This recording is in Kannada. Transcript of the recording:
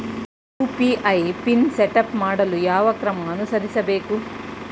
ಯು.ಪಿ.ಐ ಪಿನ್ ಸೆಟಪ್ ಮಾಡಲು ಯಾವ ಕ್ರಮ ಅನುಸರಿಸಬೇಕು?